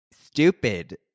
stupid